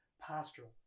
pastoral